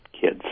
kids